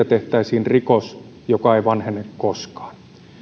tehtäisiin rikos joka ei vanhene koskaan